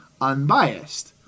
unbiased